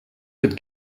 could